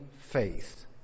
faith